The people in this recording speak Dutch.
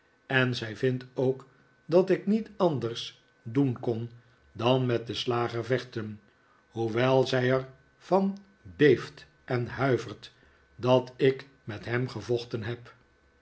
en zij vindt ook dat ik niet anders doen kon dan met den slager vechten hoewel zij er van beeft en huivert dat ik met hem gevochten heb